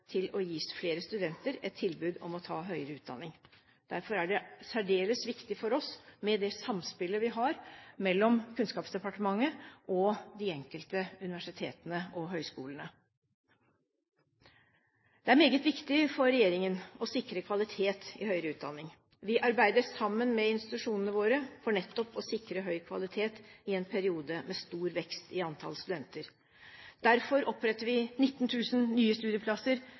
til å gi flere studenter et tilbud om å ta høyere utdanning. Derfor er det særdeles viktig for oss med det samspillet vi har mellom Kunnskapsdepartementet og de enkelte universitetene og høyskolene. Det er meget viktig for regjeringen å sikre kvalitet i høyere utdanning. Vi arbeider sammen med institusjonene våre for nettopp å sikre høy kvalitet i en periode med stor vekst i antall studenter. Derfor oppretter vi 19 000 nye studieplasser,